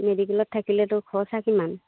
মেডিকেলত থাকিলেতো খৰচা কিমান